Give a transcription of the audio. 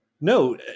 No